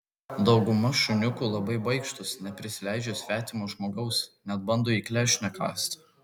dauguma šuniukų labai baikštūs neprisileidžia svetimo žmogaus net bando į klešnę kąsti